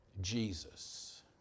Jesus